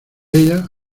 ellas